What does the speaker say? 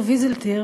מאיר ויזלטיר